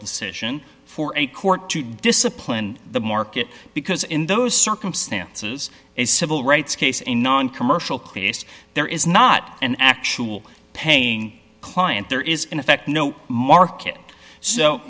decision for a court to discipline the market because in those circumstances a civil rights case in noncommercial case there is not an actual paying client there is in effect no market so